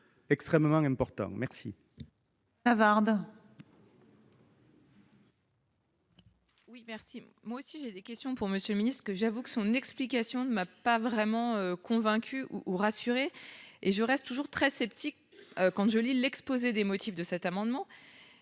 Extrêmement important. Merci.